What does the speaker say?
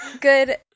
good